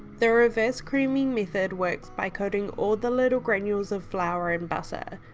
the reverse creaming method works by coating all the little granules of flour in butter,